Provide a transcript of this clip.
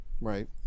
Right